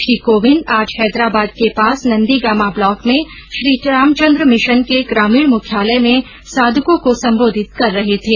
श्री कोविंद आज हैदराबाद के पास नंदीगामा ब्लॉक में श्रीरामचंद्र मिशन के नए ग्रामीण मुख्यालय में साधकों को संबोधित कर रहे थे